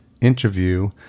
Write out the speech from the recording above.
interview